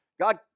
God